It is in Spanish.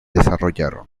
desarrollaron